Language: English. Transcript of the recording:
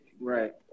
Right